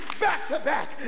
back-to-back